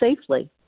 safely